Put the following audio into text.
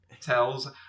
tells